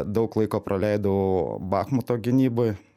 daug laiko praleidau bachmuto gynyboj